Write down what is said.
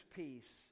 peace